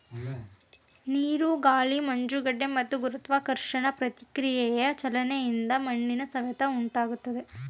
ನೀರು ಗಾಳಿ ಮಂಜುಗಡ್ಡೆ ಮತ್ತು ಗುರುತ್ವಾಕರ್ಷಣೆ ಪ್ರತಿಕ್ರಿಯೆಯ ಚಲನೆಯಿಂದ ಮಣ್ಣಿನ ಸವೆತ ಉಂಟಾಗ್ತದೆ